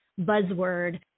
buzzword